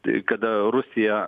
tai kada rusija